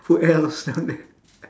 who else down there